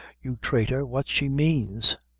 you traitor, what she manes?